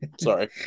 Sorry